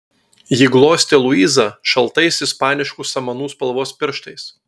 ji glostė luizą šaltais ispaniškų samanų spalvos pirštais